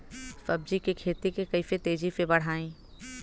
सब्जी के खेती के कइसे तेजी से बढ़ाई?